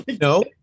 No